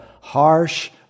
harsh